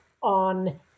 on